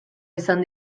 izan